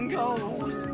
goes